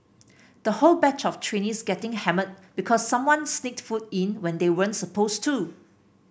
the whole batch of trainees getting hammered because someone sneaked food in when they weren't supposed to